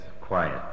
quiet